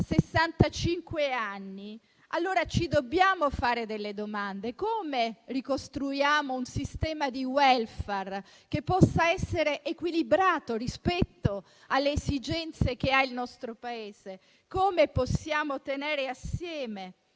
65, allora ci dobbiamo fare delle domande. Come ricostruiamo un sistema di *welfare* equilibrato rispetto alle esigenze del nostro Paese? Come possiamo tenere assieme